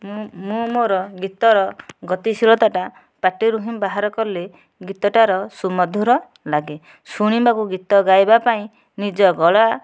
ମୁଁ ମୁଁ ମୋ'ର ଗୀତର ଗତିଶୀଳତାଟା ପାଟିରୁ ହିଁ ବାହାର କଲେ ଗୀତଟାର ସୁମଧୁର ଲାଗେ ଶୁଣିବାକୁ ଗୀତ ଗାଇବା ପାଇଁ ନିଜ ଗଳା